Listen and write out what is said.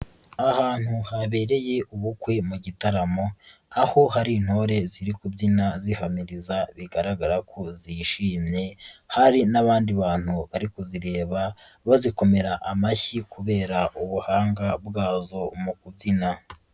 Ahantu habereye ubukwe mu gitaramo aho hari intore ziri kubyina zihamiriza bigaragara ko zishimye hari n'abandi bantu bari kuzireba bazikomera amashyi kubera ubuhanga bwabo mu kubyina.